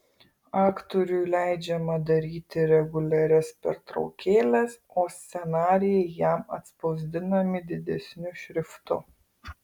aktoriui leidžiama daryti reguliarias pertraukėles o scenarijai jam atspausdinami didesniu šriftu